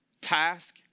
task